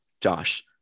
Josh